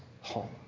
home